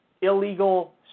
illegal